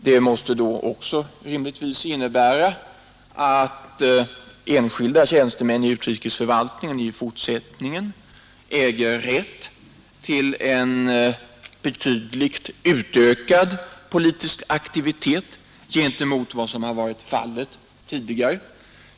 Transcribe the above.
Det måste då rimligtvis också innebära att enskilda tjänstemän i utrikesförvaltningen i fortsättningen äger rätt till en betydligt utökad politisk aktivitet jämfört med vad som har varit fallet tidigare.